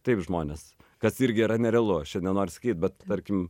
taip žmones kas irgi yra nerealu aš čia nenoriu sakyti bet tarkim